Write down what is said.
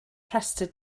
rhestr